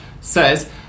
says